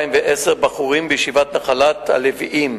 בחורים בישיבת "נחלת הלויים"